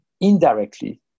indirectly